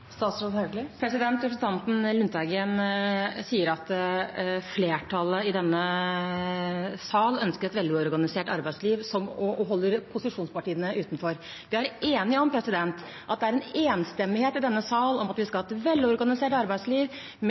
Representanten Lundteigen sier at flertallet i denne sal ønsker et velorganisert arbeidsliv, og holder posisjonspartiene utenfor. Vi er enige om at det er en enstemmighet i denne sal om at vi skal ha et velorganisert arbeidsliv med